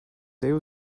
able